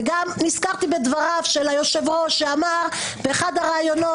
ונזכרתי בדבריו של היושב-ראש שאמר באחד הרעיונות,